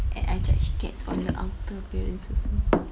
and I judge cats on their outer appearance also